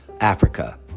Africa